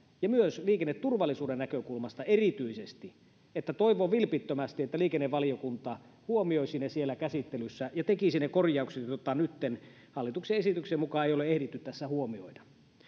ja myös liikenneturvallisuuden näkökulmasta erityisesti että toivon vilpittömästi että liikennevaliokunta huomioisi ne siellä käsittelyssä ja tekisi ne korjaukset joita nytten hallituksen esityksen mukaan ei ole ehditty tässä huomioida